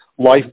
life